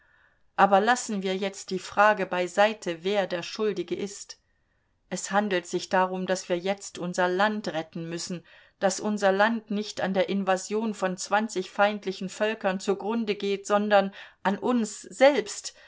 aber lassen wir jetzt die frage beiseite wer der schuldige ist es handelt sich darum daß wir jetzt unser land retten müssen daß unser land nicht an der invasion von zwanzig feindlichen völkern zugrunde geht sondern an uns selbst